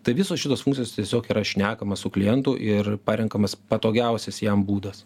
tai visos šitos funkcijos tiesiog yra šnekama su klientu ir parenkamas patogiausias jam būdas